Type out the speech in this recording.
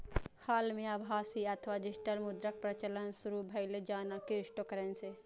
हाल मे आभासी अथवा डिजिटल मुद्राक प्रचलन शुरू भेलै, जेना क्रिप्टोकरेंसी